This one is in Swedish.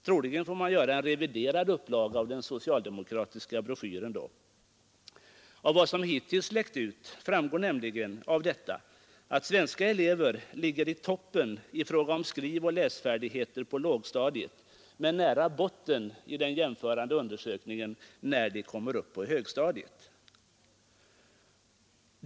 Troligen får man göra en reviderad upplaga av den socialdemokratiska broschyren då. Av vad som hittills läckt ut framgår nämligen att svenska elever ligger i toppén i fråga om skrivoch läsfärdigheter på lågstadiet men nära botten i den jämförande undersökningen när de kommer upp på högstadiet.